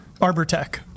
Arbortech